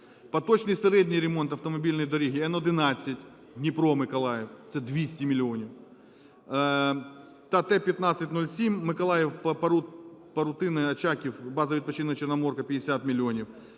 Поточний середній ремонт автомобільних доріг Н-11 Дніпро-Миколаїв, це 200 мільйонів. Та Т-1507 Миколаїв-Парутине-Очаків-база відпочинку "Чорноморка" – 50 мільйонів.